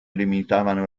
limitavano